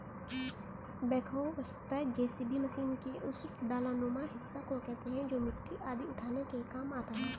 backhoe वस्तुतः JCB machine के उस डालानुमा हिस्सा को कहते हैं जो मिट्टी आदि उठाने के काम आता है